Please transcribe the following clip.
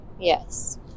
Yes